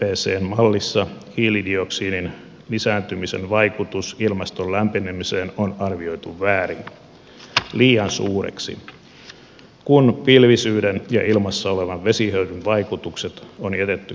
ippcn mallissa hiilidioksidin lisääntymisen vaikutus ilmaston lämpenemiseen on arvioitu väärin liian suureksi kun pilvisyyden ja ilmassa olevan vesihöyryn vaikutukset on jätetty kokonaan huomiotta